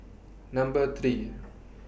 Number three